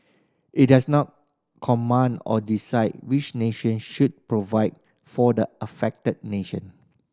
it does not command or decide which nations should provide for the affected nation